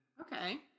Okay